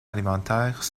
alimentaires